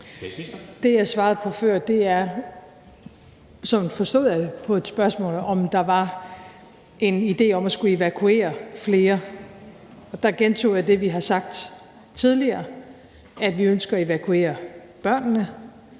Det, jeg svarede på før – sådan forstod jeg det – var et spørgsmål, om der var en idé om at skulle evakuere flere. Der gentog jeg det, vi har sagt tidligere, at vi ønsker at evakuere børnene,